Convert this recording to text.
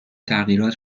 تغییرات